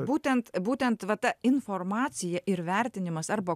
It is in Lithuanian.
būtent būtent va ta informacija ir vertinimas arba